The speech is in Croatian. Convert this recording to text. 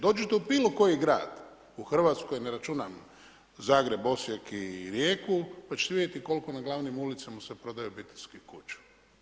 Dođeš u bilo koji grad u Hrvatskoj, ne računam Zagreb, Osijek i Rijeku pa ćete vidjeti koliko na glavnim ulicama se prodaje obiteljskih kuća.